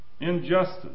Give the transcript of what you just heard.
Injustice